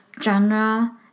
genre